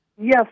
Yes